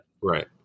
right